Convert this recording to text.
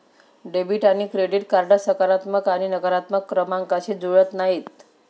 debit आणि credit थेट सकारात्मक आणि नकारात्मक क्रमांकांशी जुळत नाहीत